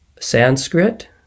Sanskrit